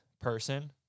person